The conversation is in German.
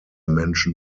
menschen